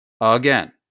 again